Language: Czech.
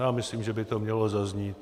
Já myslím, že by to mělo zaznít.